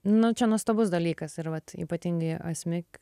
nu čia nuostabus dalykas ir vat ypatingai asmik